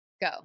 Go